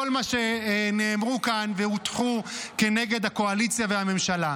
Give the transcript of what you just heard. כל מה שנאמר כאן והוטח כנגד הקואליציה והממשלה.